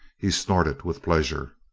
he snorted with pleasure.